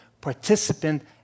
participant